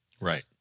Right